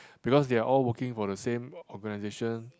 because they are all working for the same organisation